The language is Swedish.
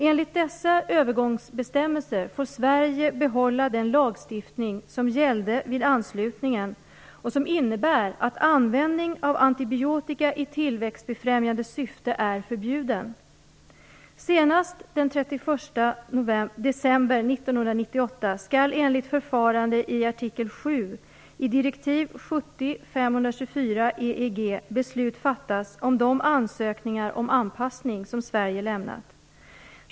Enligt dessa övergångsbestämmelser får Sverige behålla den lagstiftning som gällde vid anslutningen och som innebär att användning av antibiotika i tillväxtbefrämjande syfte är förbjuden. Senast den 31 december 1998 skall enligt förfarandet i artikel 7 i direktiv 70 EEG beslut fattas om de ansökningar om anpassning som Sverige lämnat.